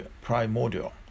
primordial